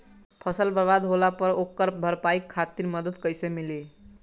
फसल बर्बाद होला पर ओकर भरपाई खातिर मदद कइसे मिली?